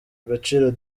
agaciro